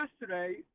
Yesterday